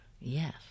Yes